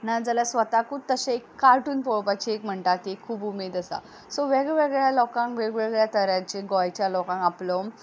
ना जाल्यार स्वताकूच अशें एक कार्टून पळोवपाचें एक म्हणटा ती एक खूब उमेद आसा सो वेग वेगळ्या लोकांक वेगळ्या वेगळ्या तरांचे गोंयच्या लोकांक आपलो